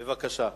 בבקשה.